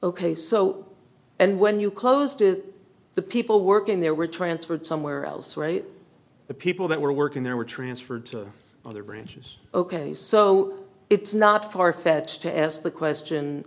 ok so and when you closed to the people working there were transferred somewhere else where the people that were working there were transferred to other branches ok so it's not far fetched to ask the question